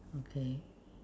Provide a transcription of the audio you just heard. okay